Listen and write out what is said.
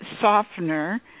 softener